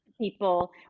people